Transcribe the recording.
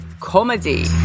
comedy